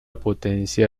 potencia